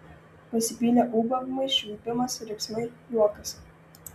pasipylė ūbavimai švilpimas riksmai juokas